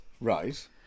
right